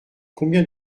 combien